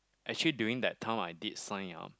actually during that time I did sign up